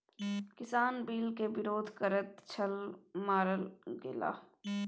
किसान बिल केर विरोध करैत छल मारल गेलाह